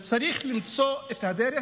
וצריך למצוא את הדרך